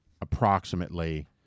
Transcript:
approximately